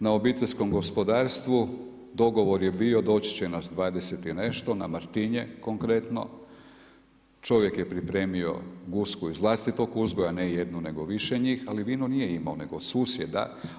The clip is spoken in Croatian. Na obiteljskom gospodarstvu dogovor je bio doći će nas 20 i nešto na Martinje konkretno, čovjek je pripremio gusku iz vlastitog uzgoja, ne jednu nego više njih, ali vino nije imao nego susjeda.